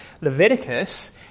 Leviticus